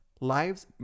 lives